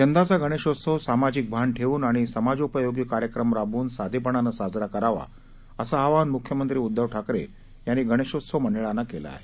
यंदाचा गणेशोत्सव सामाजिक भान ठेवून आणि समाजोपयोगी कार्यक्रम राबवून साधेपणाने साजरा करावा असं आवाहन मुख्यमंत्री उद्दव ठाकरे यांनी गणेशोत्सव मंडळांना केलं आहे